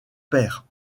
père